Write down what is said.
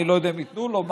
אני לא יודע אם ייתנו לו,